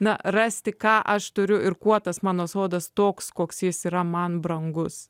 na rasti ką aš turiu ir kuo tas mano sodas toks koks jis yra man brangus